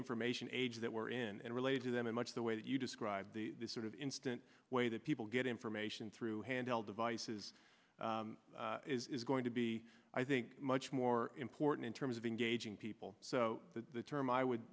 information age that we're in and relate to them in much the way that you described the sort of instant way that people get information through handheld devices is going to be i think much more important in terms of engaging people so the term i would